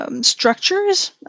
Structures